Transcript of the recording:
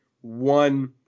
one